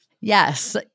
Yes